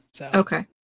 Okay